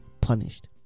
punished